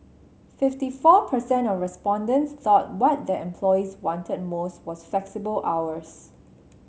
fifty four percent of respondents thought what their employees wanted most was flexible hours